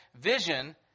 vision